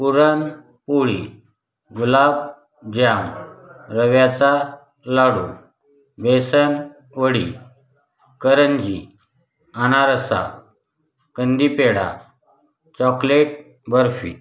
पुरणपोळी गुलाबजाम रव्याचा लाडू बेसन वडी करंजी अनारसा कंदीपेढा चॉकलेट बर्फी